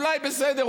אולי בסדר,